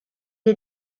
est